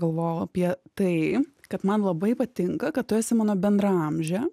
galvojau apie tai kad man labai patinka kad tu esi mano bendraamžė